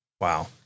Wow